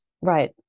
Right